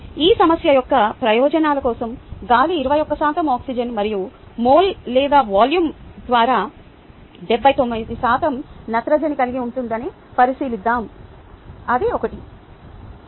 ఈ సమస్య యొక్క ప్రయోజనాల కోసం గాలి 21 శాతం ఆక్సిజన్ మరియు మోల్ లేదా వాల్యూమ్ ద్వారా 79 శాతం నత్రజనిని కలిగి ఉంటుందని పరిశీలిద్దాం అవి ఒకటే